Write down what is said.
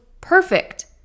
perfect